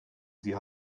sie